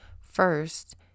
first